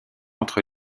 entre